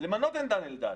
למנות את דן אלדד.